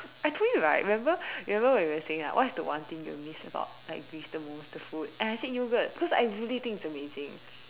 I told you right remember remember when we were saying like what is the one thing you'll miss about like miss the most the food and I said yogurt cause I really think it's amazing